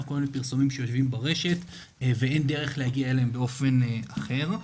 כל הפרסומים שיושבים ברשת ואין דרך להגיע אליהם באופן אחר.